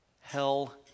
Hell